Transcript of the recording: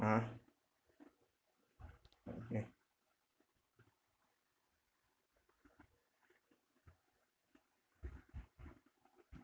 ah okay